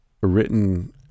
written